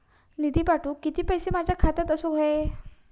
निधी पाठवुक किती पैशे माझ्या खात्यात असुक व्हाये?